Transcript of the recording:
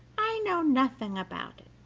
i know nothing about it,